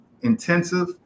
intensive